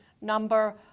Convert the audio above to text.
number